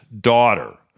daughter